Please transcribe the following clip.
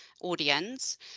audience